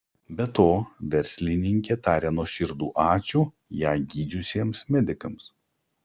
be to verslininkė taria nuoširdų ačiū ją gydžiusiems medikams